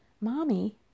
mommy